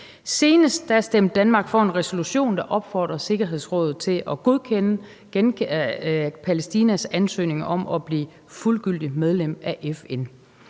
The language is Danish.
Senest stemte Danmark for en resolution, der opfordrer FN's Sikkerhedsråd til at godkende Palæstinas ansøgning om at blive fuldgyldigt medlem af FN.